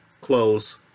close